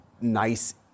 nice